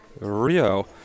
Rio